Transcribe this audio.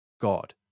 God